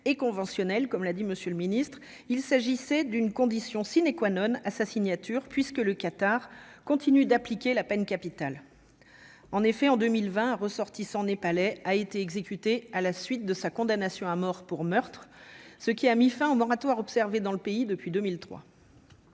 et conventionnelles, comme l'a dit Monsieur le Ministre, il s'agissait d'une condition sine qua none à sa signature puisque le Qatar continue d'appliquer la peine capitale en effet en 2020 ressortissants népalais a été exécuté à la suite de sa condamnation à mort pour meurtre, ce qui a mis fin au moratoire observé dans le pays depuis 2003.